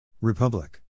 Republic